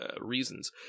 reasons